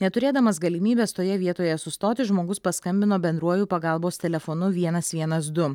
neturėdamas galimybės toje vietoje sustoti žmogus paskambino bendruoju pagalbos telefonu vienas vienas du